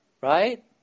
Right